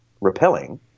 repelling